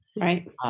Right